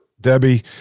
Debbie